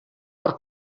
hor